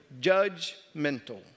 judgmental